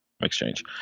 exchange